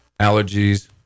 allergies